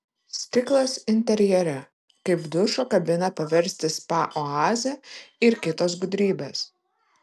stiklas interjere kaip dušo kabiną paversti spa oaze ir kitos gudrybės